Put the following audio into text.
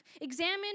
Examine